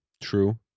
True